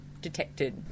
detected